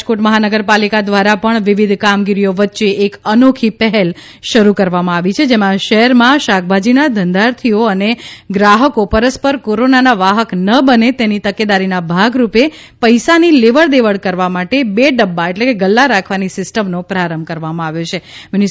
રાજકોટ મહાનગરપાલિકા દ્વારા પણ વિવિધ કામગીરીઓ વચ્ચે એક અનોખી પહેલ શરૂ કરવામાં આવેલ છે જેમાં શહેરમાં શાકભાજીના ધંધાર્થીઓ અનેગ્રાહકો પરસ્પર કોરોનાના વાહક ન બને તેની તકેદારીના ભાગરૂપે પૈસાની લેવડ દેવડ કરવા માટે બે ડબ્બા ગલ્લારાખવાની સિસ્ટમનો પ્રારંભ કરવામાં આવેલ છે મ્યુનિ